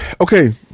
okay